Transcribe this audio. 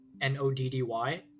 N-O-D-D-Y